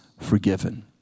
forgiven